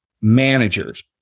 managers